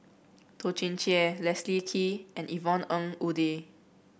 Toh Chin Chye Leslie Kee and Yvonne Ng Uhde